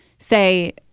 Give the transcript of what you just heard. say